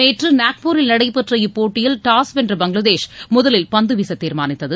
நேற்று நாக்பூரில் நடைபெற்ற இப்போட்டியில் டாஸ் வென்ற பங்களாதேஷ் முதலில் பந்து வீசத் தீர்மானித்தது